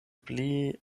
pli